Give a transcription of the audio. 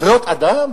זכויות אדם?